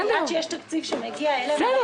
עד שיש תקציב שמגיע אליך --- בסדר.